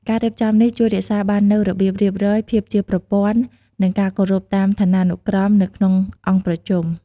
ការរៀបចំនេះជួយរក្សាបាននូវរបៀបរៀបរយ ភាពជាប្រព័ន្ធ និងការគោរពតាមឋានានុក្រមនៅក្នុងអង្គប្រជុំ។